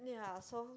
ya so